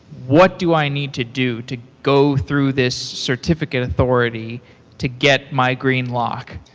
what do i need to do to go through this certificate authority to get my green lock?